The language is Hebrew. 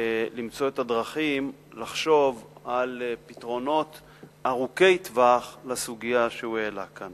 למצוא את הדרכים לחשוב על פתרונות ארוכי-טווח לסוגיה שהוא העלה כאן.